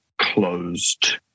closed